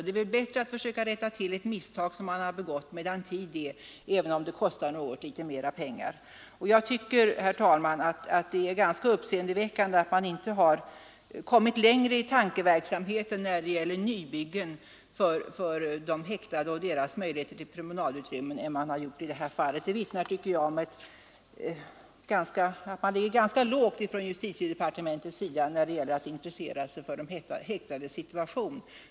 Det är väl bättre att försöka rätta till ett misstag medan tid är, även om det kostar litet mera pengar. Jag tycker, herr talman, att det är uppseendeväckande att man inte har kommit längre i tankeverksamheten när det gäller nybyggen för de häktade och när det gäller deras promenadutrymmen än man gjort i det här fallet. Det vittnar, tycker jag, om att justitiedepartementet ligger ganska lågt när det gäller att intressera sig för de häktades situation.